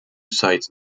sites